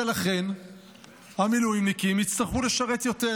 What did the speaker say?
ולכן המילואימניקים יצטרכו לשרת יותר.